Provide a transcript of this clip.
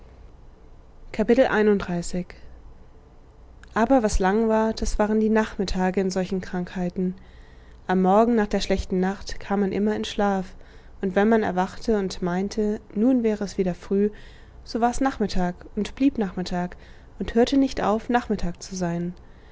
aber was lang war das waren die nachmittage in solchen krankheiten am morgen nach der schlechten nacht kam man immer in schlaf und wenn man erwachte und meinte nun wäre es wieder früh so war es nachmittag und blieb nachmittag und hörte nicht auf nachtmittag zu sein